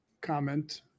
comment